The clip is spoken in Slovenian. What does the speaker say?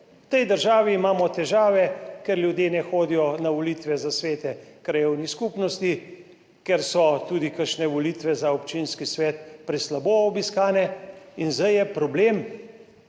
V tej državi imamo težave, ker ljudje ne hodijo na volitve za svete krajevnih skupnosti, ker so tudi kakšne volitve za občinski svet preslabo obiskane, in zdaj je problem,